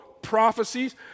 prophecies